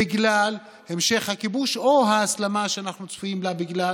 בגלל המשך הכיבוש או ההסלמה שאנחנו צפויים לה בגלל